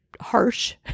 harsh